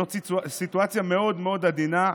זאת סיטואציה מאוד מאוד עדינה.